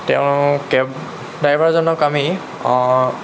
তেওঁ কেব ড্ৰাইভাৰজনক আমি